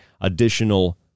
additional